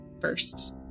First